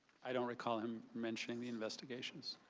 i don't recall him mentioning the investigations.